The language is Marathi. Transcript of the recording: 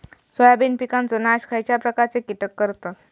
सोयाबीन पिकांचो नाश खयच्या प्रकारचे कीटक करतत?